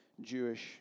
Jewish